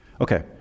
Okay